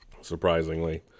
surprisingly